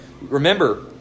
Remember